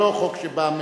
הוא לא חוק שבא,